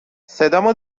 صدامو